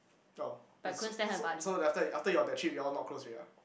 oh so so so after after your that trip you all not close already ah